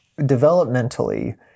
developmentally